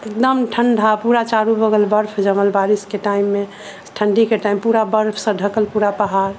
एकदम ठंडा पूरा चारू बगल बर्फ जमल बारिश के टाइममे ठंडी के टाइममे पूरा बर्फ सॅं ढकल पूरा पहाड़